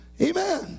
amen